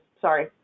Sorry